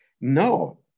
no